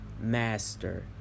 master